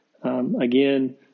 Again